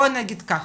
בוא נגיד ככה.